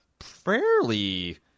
fairly